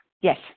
Yes